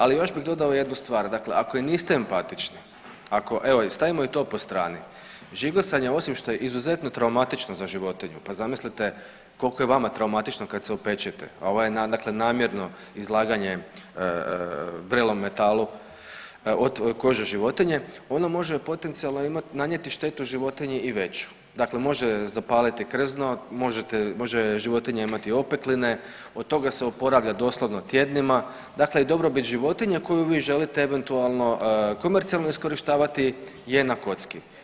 Ali još bih dodao jednu stvar, dakle ako i niste empatični evo stavimo i to po strani, žigosanje osim što je izuzetno traumatično za životinju, pa zamislite koliko je vama traumatično kad se opečete, a ovo je namjerno izlaganje vrelom metalu kože životinje, ono može potencijalno nanijeti štetu životinji i veću, dakle može zapaliti krzno, može životinja imati opekline od toga se oporavlja doslovno tjednima, dakle dobrobit životinja koju vi želite eventualno komercijalno iskorištavati je na kocki.